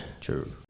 True